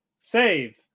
save